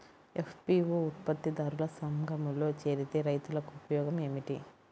FPO ఉత్పత్తి దారుల సంఘములో చేరితే రైతులకు ఉపయోగము ఏమిటి?